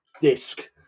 disc